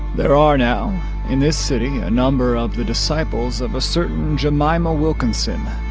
there are now in this city a number of the disciples of a certain jemima wilkinson,